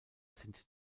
sind